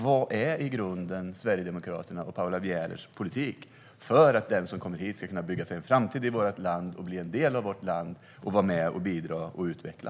Vad är egentligen Sverigedemokraternas och Paula Bielers politik för att den som kommer hit ska kunna bygga sig en framtid i vårt land, bli en del av vårt land och vara med och bidra och utveckla?